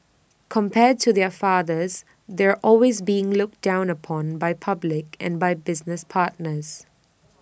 compared to their fathers they're always being looked down upon by public and by business partners